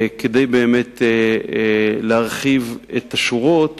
כדי להרחיב את השורות